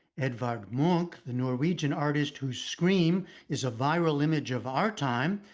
edvard munch, the norwegian artist whose scream is a viral image of our time,